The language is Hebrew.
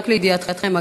רק לידיעתכם,